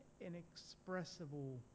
inexpressible